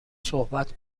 صحبت